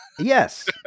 Yes